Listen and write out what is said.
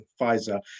Pfizer